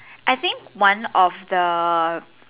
I think one of the